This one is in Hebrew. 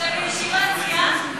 אתם בישיבת סיעה?